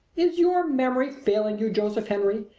is your memory failing you, joseph henry?